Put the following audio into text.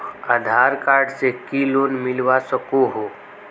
आधार card से की loan मिलवा सकोहो?